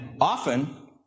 often